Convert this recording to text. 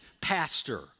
pastor